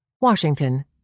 Washington